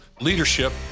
leadership